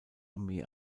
armee